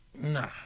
Nah